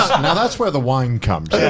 um now that's where the wine comes